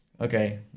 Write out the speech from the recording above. Okay